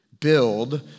Build